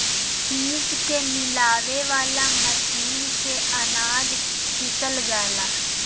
पीस के मिलावे वाला मशीन से अनाज पिसल जाला